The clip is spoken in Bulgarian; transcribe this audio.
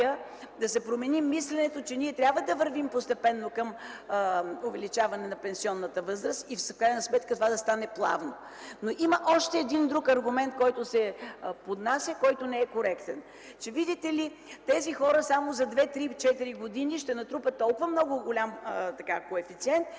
да се промени мисленето, че ние трябва да вървим постепенно към увеличаване на пенсионната възраст и в крайна сметка това да стане плавно. Има още един аргумент, който се поднася, който не е коректен – видите ли, тези хора само за 2-3-4 години ще натрупат толкова голям коефициент,